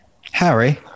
Harry